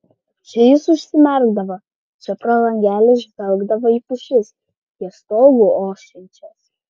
čia jis užsimerkdavo čia pro langelį žvelgdavo į pušis ties stogu ošiančias